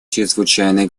чрезвычайной